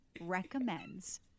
recommends